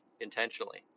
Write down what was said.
intentionally